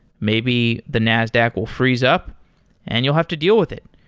maybe the nasdaq will freeze up and you'll have to deal with it.